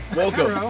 Welcome